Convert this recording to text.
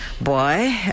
boy